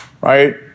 right